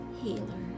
healer